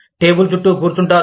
table చుట్టూ కూర్చుంటారు